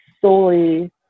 solely